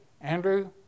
Andrew